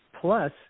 Plus